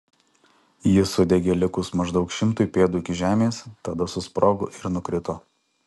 jis sudegė likus maždaug šimtui pėdų iki žemės tada susprogo ir nukrito